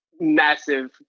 massive